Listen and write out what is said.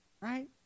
right